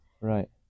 Right